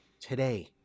today